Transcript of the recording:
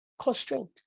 Constraint